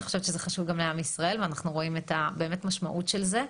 אני חושבת שזה חשוב גם לעם ישראל ואנחנו רואים באמת את המשמעות של זה,